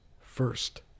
first